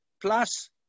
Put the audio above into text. plus